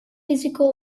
risico